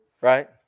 right